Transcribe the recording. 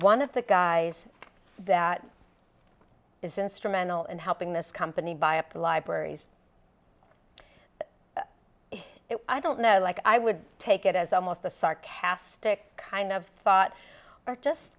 one of the guys that is instrumental in helping this company buy appt libraries i don't know like i would take it as almost a sarcastic kind of thought are just